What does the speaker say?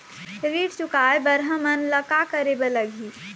ऋण चुकाए बर हमन ला का करे बर लगही?